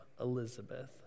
Elizabeth